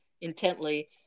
intently